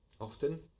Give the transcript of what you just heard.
often